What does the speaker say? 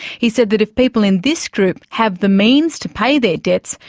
he said that if people in this group have the means to pay their debts,